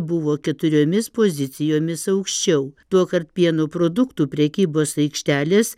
buvo keturiomis pozicijomis aukščiau tuokart pieno produktų prekybos aikštelės